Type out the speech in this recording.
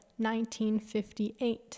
1958